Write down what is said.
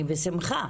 אני בשמחה